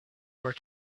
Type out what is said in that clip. were